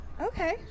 okay